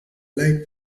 elite